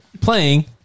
playing